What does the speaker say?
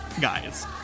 guys